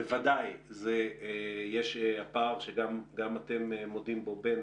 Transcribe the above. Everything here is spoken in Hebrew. בוודאי יש פער שגם אתם מודים בו בין